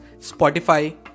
spotify